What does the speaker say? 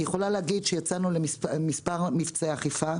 אני יכולה להגיד שיצאנו למספר מבצעי אכיפה.